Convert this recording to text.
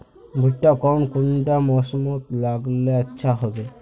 भुट्टा कौन कुंडा मोसमोत लगले अच्छा होबे?